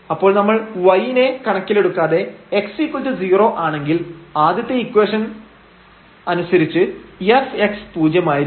അപ്പോൾ നമ്മൾ y നെ കണക്കിലെടുക്കാതെ x0 ആണെങ്കിൽ ആദ്യത്തെ ഇക്വേഷൻ അനുസരിച്ച് fx പൂജ്യമായിരിക്കും